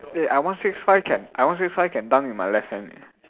eh I one six five can I one six five can dunk with my left hand eh